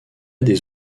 des